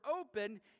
open